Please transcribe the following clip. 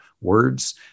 words